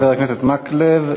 תודה, חבר הכנסת מקלב.